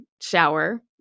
shower